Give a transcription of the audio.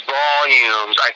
volumes